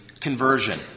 conversion